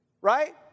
right